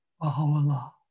Baha'u'llah